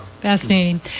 Fascinating